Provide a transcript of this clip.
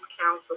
counsel